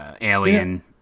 Alien